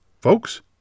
Folks